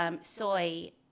Soy